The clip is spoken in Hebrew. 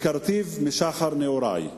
הכרתיו משחר נעורי,